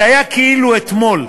זה היה כאילו אתמול,